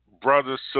Brothers